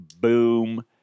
boom